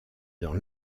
dans